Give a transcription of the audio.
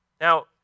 Now